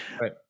Right